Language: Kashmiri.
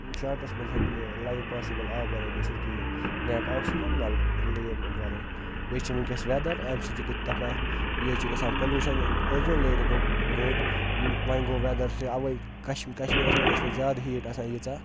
شاٹَس منٛز ہیٚکہِ نہٕ لایِف پاسِبٕل آب وَرٲے گٔژھِتھ کِہیٖنۍ نہ ہیٚکہِ آکسیٖجَن نہ ییٚمہِ وَرٲے بیٚیہِ چھِ وٕنۍکٮ۪س ویدَر اَمہِ سۭتۍ چھِ دپان یہِ حظ چھِ گژھان پلوٗشَن اوزوٗن لیرِ گوٚو گوٚد وۄنۍ گوٚو ویدَر چھِ اَوَے کش کَشمیٖرَس منٛز ٲسۍ نہٕ زیادٕ ہیٖٹ آسان ییٖژاہ